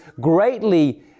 greatly